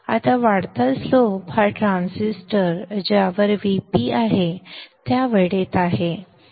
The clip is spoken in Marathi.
आता वाढता स्लोप हा ट्रान्झिस्टर ज्यावर Vp आहे त्या वेळेत आहे संदर्भ वेळ 0440 ते 0